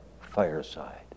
fireside